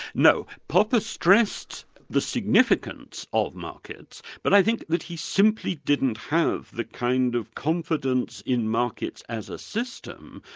no. popper stressed the significance of markets, but i think that he simply didn't have the kind of confidence in markets as a system,